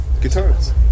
guitars